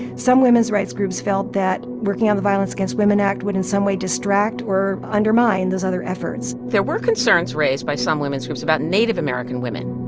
some women's rights groups felt that working on the violence against women act would in some way distract or undermine those other efforts there were concerns raised by some women's groups about native american women.